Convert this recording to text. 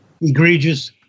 egregious